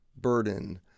burden